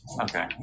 Okay